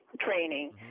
training